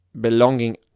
belonging